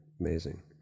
Amazing